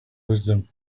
wisdom